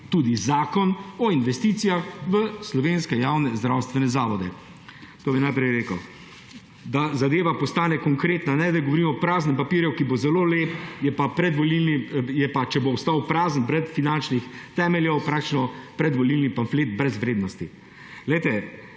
tudi zakon o investicijah v slovenske javne zdravstvene zavode. To bi najprej rekel, da zadeva postane konkretna, ne da govorimo o praznem papirju, ki bo zelo lep, in če bo ostal prazen, brez finančnih temeljev, je praktično predvolilni pamflet brez vrednosti. Zanima